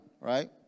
right